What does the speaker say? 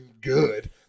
good